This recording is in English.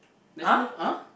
there's only !huh!